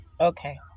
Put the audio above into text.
Okay